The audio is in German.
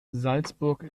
salzburg